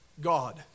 God